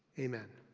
amen.